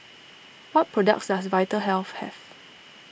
what products does Vitahealth have